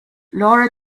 laura